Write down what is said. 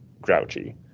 grouchy